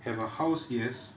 have a house yes